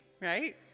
right